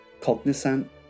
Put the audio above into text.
cognizant